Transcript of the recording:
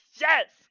Yes